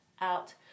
out